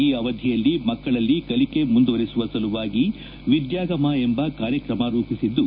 ಈ ಅವಧಿಯಲ್ಲಿ ಮಕ್ಕಳಲ್ಲಿ ಕಲಿಕೆ ಮುಂದುವರೆಸುವ ಸಲುವಾಗಿ ವಿದ್ಯಾಗಮ ಎಂಬ ಕಾರ್ಯಕ್ರಮ ರೂಪಿಸಿದ್ದು